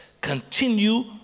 continue